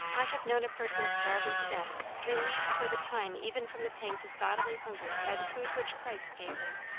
i have known a person starving to death, relieved for the time even from the pangs of bodily hunger by the food which christ gave her.